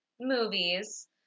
movies